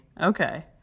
Okay